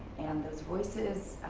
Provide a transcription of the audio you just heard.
and those voices,